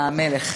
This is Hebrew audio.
המלך.